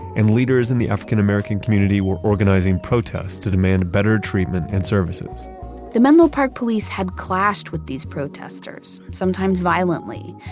and leaders in the african-american community were organizing protests to demand a better treatment and services the menlo park police had clashed with these protestors, sometimes violently.